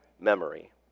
memory